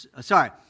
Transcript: Sorry